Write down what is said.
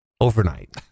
overnight